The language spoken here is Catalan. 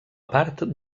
part